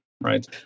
right